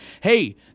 Hey